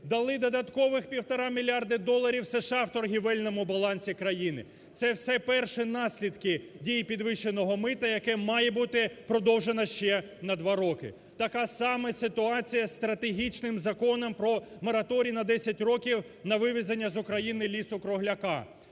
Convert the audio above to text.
дали додаткових півтора мільярди доларів в торгівельному балансі країни. Це все перші наслідки дії підвищеного мита, яке має бути продовжене ще на два роки. Така сама ситуація із стратегічним законом про мораторій на 10 років на вивезення з України лісу-кругляка.